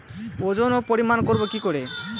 ওজন ও পরিমাপ করব কি করে?